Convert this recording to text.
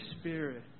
Spirit